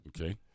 okay